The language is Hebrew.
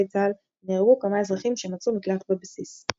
צה"ל ונהרגו כמה אזרחים שמצאו מקלט בבסיס.